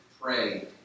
pray